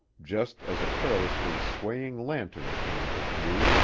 just as a perilously swaying lantern came to view,